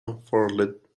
unfurled